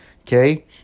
okay